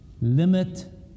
limit